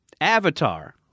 Avatar